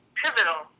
pivotal